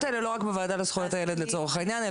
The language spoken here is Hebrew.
האלה לא רק בוועדה לזכויות הילד לצורך העניין,